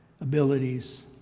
abilities